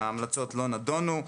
ההמלצות לא נידונו,